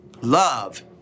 Love